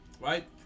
right